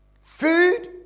Food